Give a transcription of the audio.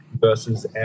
versus